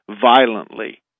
violently